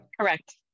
Correct